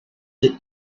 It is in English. the